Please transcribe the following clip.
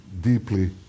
deeply